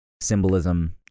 symbolism